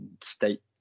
state